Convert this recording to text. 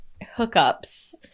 hookups –